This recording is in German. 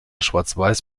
schwarzweiß